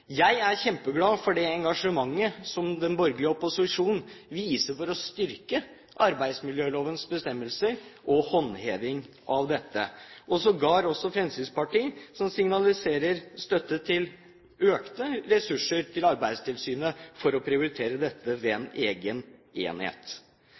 Jeg er kjempeglad for det engasjementet som den borgerlige opposisjonen viser for å styrke arbeidsmiljølovens bestemmelser og håndheving av disse – og sågar også engasjementet til Fremskrittspartiet, som signaliserer støtte til økte ressurser til Arbeidstilsynet for å prioritere dette ved